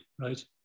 right